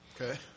Okay